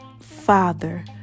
father